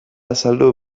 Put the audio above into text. azaldu